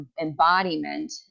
embodiment